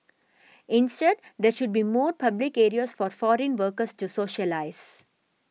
instead there should be more public areas for foreign workers to socialise